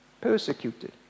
persecuted